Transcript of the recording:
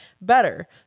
better